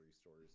stores